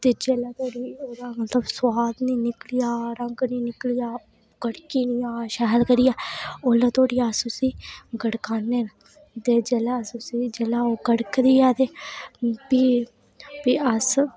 ते जेल्ले धोड़ी ओह्दा सुआद नेईं रंग नेईं निकली जा गड़की निं जा शैल करियै ओल्ले धोड़ी अस उसी गड़काने आं ते जेल्लै अस उसी जेल्लै ओह् गड़कदी ऐ प्ही अस